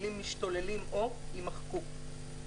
המילים "משתוללים או" יימחקו".